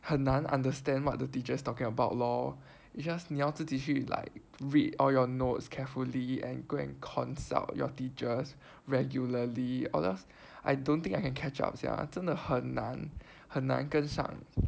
很难 understand what the teacher's talking about lor it's just 你要自己去 like read all your notes carefully and go and consult your teachers regularly or else I don't think I can catch up sia 真的很难很难跟上